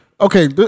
Okay